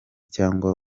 cyangwa